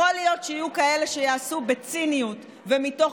יכול להיות שיהיו כאלה שיעשו בציניות ומתוך